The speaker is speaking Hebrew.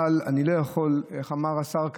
אבל אני לא יכול, איך אמר השר כהנא?